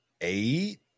eight